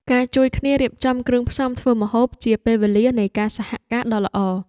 ការជួយគ្នារៀបចំគ្រឿងផ្សំធ្វើម្ហូបជាពេលវេលានៃការសហការដ៏ល្អ។